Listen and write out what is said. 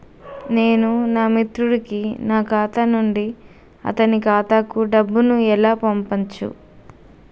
నేను నా మిత్రుడి కి నా ఖాతా నుండి అతని ఖాతా కు డబ్బు ను ఎలా పంపచ్చు?